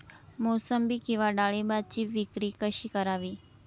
मोसंबी किंवा डाळिंबाची विक्री कशी करावी?